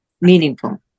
Meaningful